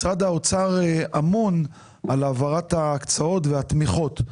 משרד האוצר אמון על העברת ההקצאות והתמיכות.